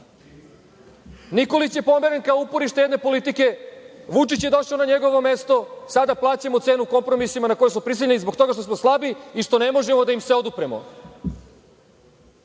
Nikolić je pomeren kao uporište jedne politike. Vučić je došao na njegovo mesto. Sada plaćamo cenu kompromisima na koje smo prisiljeni zbog toga što smo slabi i što ne možemo da im se odupremo. Vlada